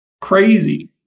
Crazy